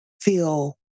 feel